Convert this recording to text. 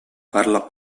parla